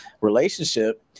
relationship